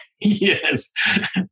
yes